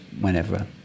whenever